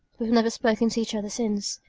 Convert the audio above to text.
we've never spoken to each other since.